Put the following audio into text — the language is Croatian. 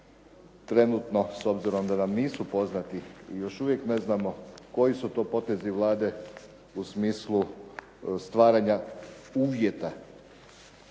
trenutno, s obzirom da nam nisu poznati, mi još uvijek neznamo koji su to potezi Vlade u smislu stvaranja uvjeta